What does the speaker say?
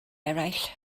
eraill